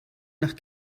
nach